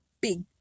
big